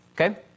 Okay